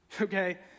Okay